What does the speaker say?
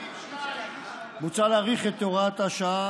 היושב-ראש,